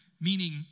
Meaning